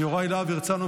יוראי להב הרצנו,